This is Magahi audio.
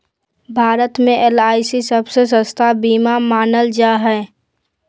भारत मे एल.आई.सी सबसे सस्ता बीमा मानल जा हय